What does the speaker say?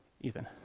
Ethan